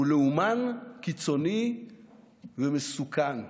הוא לאומן קיצוני ומסוכן.